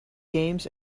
games